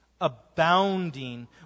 abounding